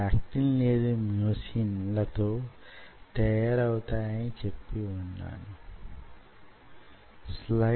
అవి విభజనకు గురి అవుతూ ఉంటాయి